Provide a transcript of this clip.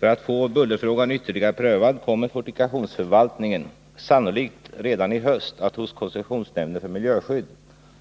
För att få bullerfrågan ytterligare prövad kommer fortifikationsförvaltningen sannolikt redan i höst att hos koncessionsnämnden för miljöskydd